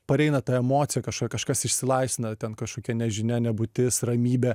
pareina ta emocija kažkokia kažkas išsilaisvina ten kažkokia nežinia nebūtis ramybė